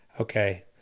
Okay